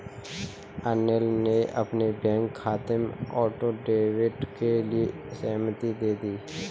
अनिल ने अपने बैंक खाते में ऑटो डेबिट के लिए सहमति दे दी